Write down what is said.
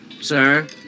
sir